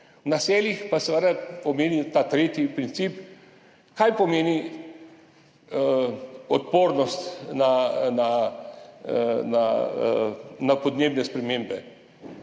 V naseljih pa seveda omenim ta tretji princip, kaj pomeni odpornost na podnebne spremembe.